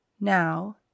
Now